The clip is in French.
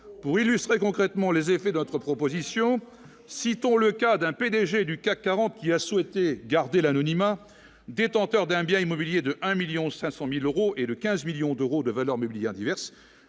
pour illustrer concrètement les effets d'autres propositions, citant le cas d'un PDG du CAC 40 qui a souhaité garder l'anonymat, détenteur d'un bien immobilier de 1000000 500000 euros et le 15 millions d'euros de valeurs mobilières diverses